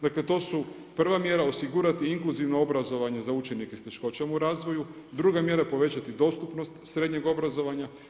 Dakle to su prva mjera osigurati inkluzivno obrazovanje za učenike sa teškoćama u razvoju, druga mjera povećati dostupnost srednjeg obrazovanja.